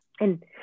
And-